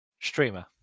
Streamer